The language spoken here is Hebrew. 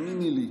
רבותיי,